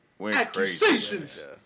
Accusations